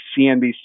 CNBC